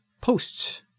posts